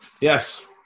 Yes